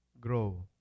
grow